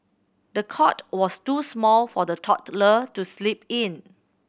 the cot was too small for the toddler to sleep in